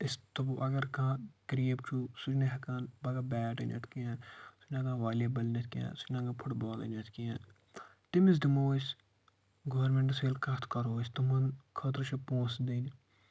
أسۍ دَپو اگر کانہہ غریٖب چھُ سُہ چھُنہٕ ہیکان پگاہ بیٹ أنتھ کیٛنٚہہ سُہ چھُنہٕ ہیکان والی بال أنتھ کیٛنٚہہ سُہ چھُنہ ہیکان فُٹ بال أنتھ کیٛنٚہہ تٔمِس دِمو أسۍ گورمِینٹس سۭتۍ ییٚلہِ کتھ کرو أسۍ تمَن خٲطرٕ چھِ پۄنسہٕ دِنۍ